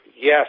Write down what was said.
Yes